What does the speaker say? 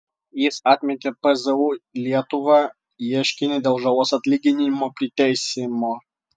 jis atmetė pzu lietuva ieškinį dėl žalos atlyginimo priteisimo